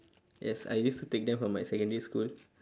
yes I used to take them from my secondary school